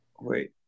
Wait